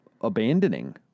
abandoning